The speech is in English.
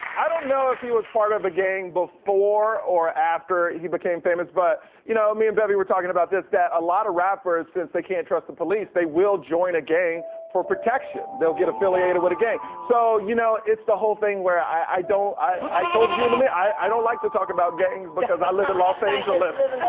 i don't know if he was part of a gang before or after he became famous but you know, me and bevy were talking about this that a lot of rappers, since they can't trust the police, they will join a gang for protection, they'll get affiliated with a gang. so, you know, it's the whole thing where i don't, i told you to and me, i don't like to talk about gangs because i live in los angeles.